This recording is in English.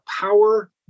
power